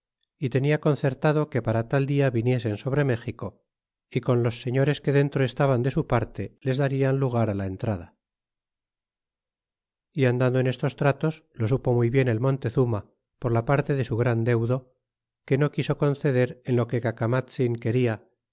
y tenia concertado que para tal dia viniesen sobre méxico é con lo g señores que dentro estaban de su parte les darian lugar la entrada é andando en estos tratos lo supo muy bien el montezuma por la parte de su gran deudo que no quiso conceder en lo que cacamatzin quena